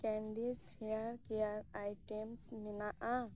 candies hair care items ᱢᱮᱱᱟᱜᱼᱟ